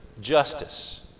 justice